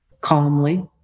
calmly